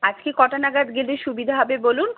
আজকে কটা নাগাদ গেলে সুবিধা হবে বলুন